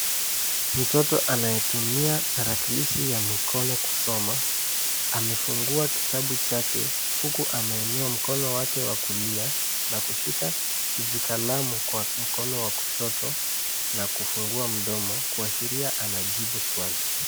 Mtoto anayetumia tarakishi ya mkono kusoma, amefungua kitabu chake huku ameinua mkono wake wa kulia na kushika kijikalamu kwa mkono wa kushoto na kufungua mdomo, kuashiria anajibu swali.